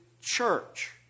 church